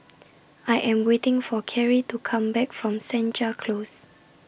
I Am waiting For Kerri to Come Back from Senja Close